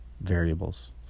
variables